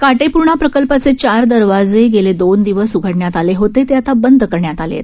काटेपूर्णा प्रकल्पाचे चार दरवाजे गेले दोन दिवस उघडण्यात आले होते ते आता बंद करण्यात आले आहेत